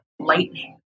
Lightning